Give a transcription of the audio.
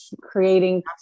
creating